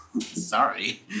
sorry